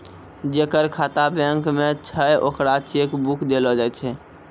जेकर खाता बैंक मे छै ओकरा चेक बुक देलो जाय छै